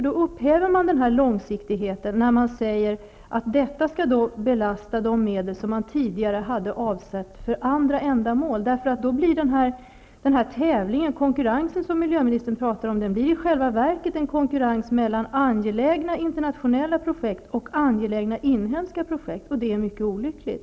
Man upphäver den här långsiktigheten när man säger att detta skall belasta de medel som man tidigare hade avsatt för andra ändamål, eftersom den tävling och konkurrens som miljöministern talar om i själva verket blir en konkurrens mellan angelägna internationella projekt och angelägna inhemska projekt. Det är mycket olyckligt.